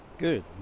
Good